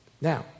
Now